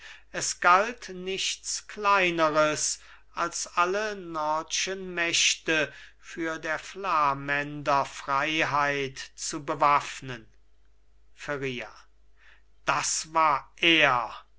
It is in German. es galt nichts kleineres als alle nordschen mächte für der flamänder freiheit zu bewaffnen feria das war er